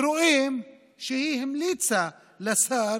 ורואים את זה כך שהיא המליצה לשר